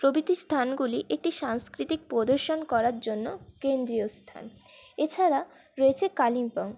প্রভৃতি স্থানগুলি একটি সাংস্কৃতিক প্রদর্শন করার জন্য কেন্দ্রীয় স্থান এছাড়া রয়েছে কালিম্পং